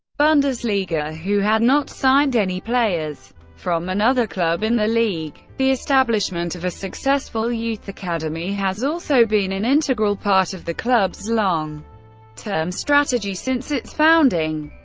bundesliga who had not signed any players from another club in the league. the establishment of a successful youth academy has also been an integral part of the club's long term strategy since its founding.